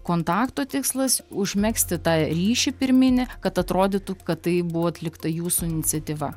kontakto tikslas užmegzti tą ryšį pirminį kad atrodytų kad tai buvo atlikta jūsų iniciatyva